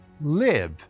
live